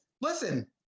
listen